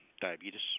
Diabetes